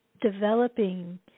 developing